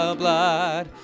blood